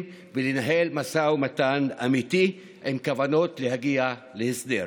ולנהל משא ומתן אמיתי עם כוונות להגיע להסדר.